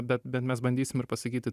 bet bet mes bandysim ir pasakyti